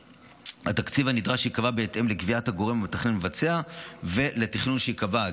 התקציב הנדרש ייקבע בהתאם לקביעת הגורם המתכנן והמבצע ולתכנון שייקבע,